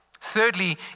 Thirdly